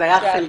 זה היה חלקי.